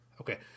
Okay